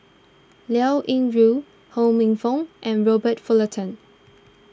Liao Yingru Ho Minfong and Robert Fullerton